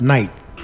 Night